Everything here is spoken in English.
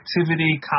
activity